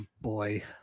boy